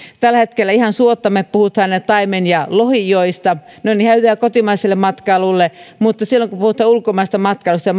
tällä hetkellä ihan suotta me puhumme taimen ja lohijoista ne ovat ihan hyviä kotimaiselle matkailulle mutta silloin kun puhutaan ulkomaisesta matkailusta ja